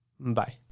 Bye